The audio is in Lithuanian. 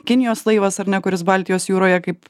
kinijos laivas ar ne kuris baltijos jūroje kaip